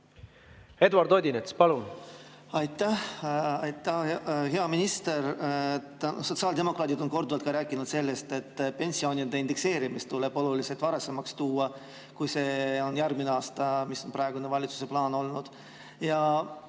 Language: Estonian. Eduard Odinets, palun!